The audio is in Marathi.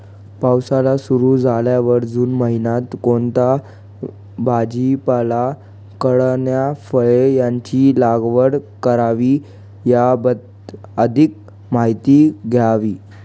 पावसाळा सुरु झाल्यावर जून महिन्यात कोणता भाजीपाला, कडधान्य, फळे यांची लागवड करावी याबाबत अधिक माहिती द्यावी?